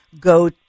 go